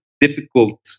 difficult